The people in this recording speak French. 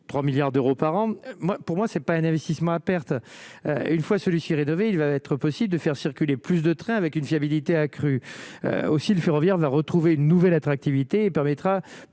3 milliards d'euros par an, moi pour moi ce n'est pas un investissement à perte, une fois celui-ci rénové, il va être possible de faire circuler plus de trains avec une fiabilité accrue aussi le ferroviaire va retrouver une nouvelle attractivité permettra